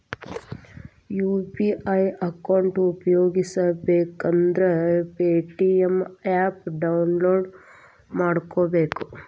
UPI account ಉಪಯೋಗಿಸಬೇಕಂದ್ರ Paytm app ಮೊದ್ಲ download ಮಾಡ್ಕೋಬೇಕು